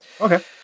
Okay